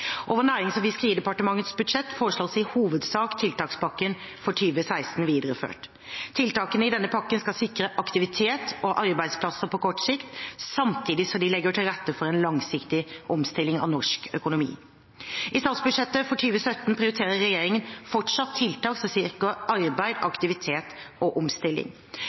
Over Nærings- og fiskeridepartementets budsjett foreslås i hovedsak tiltakspakken for 2016 videreført. Tiltakene i denne pakken skal sikre aktivitet og arbeidsplasser på kort sikt, samtidig som de legger til rette for en langsiktig omstilling av norsk økonomi. I statsbudsjettet for 2017 prioriterer regjeringen fortsatt tiltak som sikrer arbeid, aktivitet og omstilling.